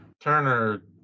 Turner